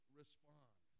respond